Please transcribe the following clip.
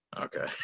okay